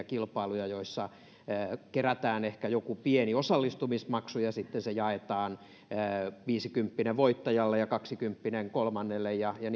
kilpailujen ilmoittamisesta joissa kerätään ehkä joku pieni osallistumismaksu ja sitten se jaetaan viisikymppinen voittajalle ja kaksikymppinen kolmannelle ja